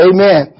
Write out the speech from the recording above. Amen